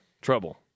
trouble